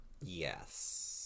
yes